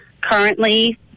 currently